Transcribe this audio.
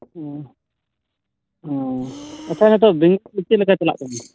ᱦᱮᱸ ᱦᱮᱸ ᱟᱪᱪᱷᱟ ᱱᱤᱛᱚᱜ ᱪᱮᱫ ᱞᱮᱠᱟ ᱪᱟᱞᱟᱜ ᱠᱟᱱᱟ